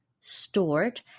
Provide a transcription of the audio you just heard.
stored